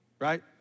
right